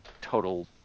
total